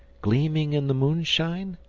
gleaming in the moonshine?